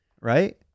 right